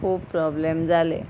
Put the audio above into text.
खूब प्रॉब्लेम जालें